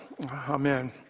Amen